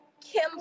Kim